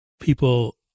people